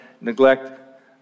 neglect